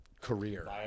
career